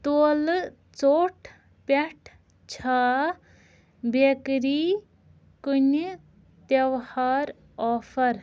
تولہٕ ژوٚٹ پٮ۪ٹھ چھا بیکری کُنہِ تہوار آفر